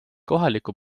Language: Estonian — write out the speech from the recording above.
kohaliku